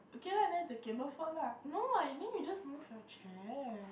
okay lah then it's the cable fault lah no what then you just move your chair